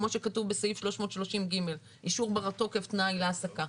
כמו שכתוב בסעיף 330(ג) אישור בר תוקף תנאי להעסקה.